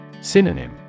Synonym